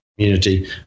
Community